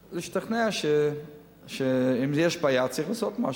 להשתכנע שאם יש בעיה אז צריך לעשות משהו.